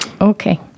Okay